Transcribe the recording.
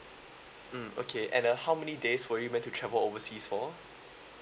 mm okay and uh how many days were you meant to travel overseas for